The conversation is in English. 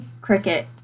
Cricket